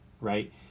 right